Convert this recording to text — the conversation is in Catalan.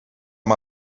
amb